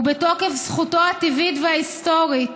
ובתוקף זכותנו הטבעית וההיסטורית